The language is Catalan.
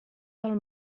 del